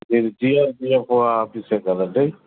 నేను G R P F ఆఫీసే కదండీ